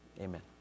amen